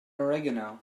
oregano